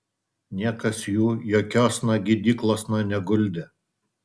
niekas jų jokiosna gydyklosna neguldė